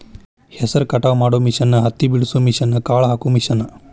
ಹೆಸರ ಕಟಾವ ಮಾಡು ಮಿಷನ್ ಹತ್ತಿ ಬಿಡಸು ಮಿಷನ್, ಕಾಳ ಹಾಕು ಮಿಷನ್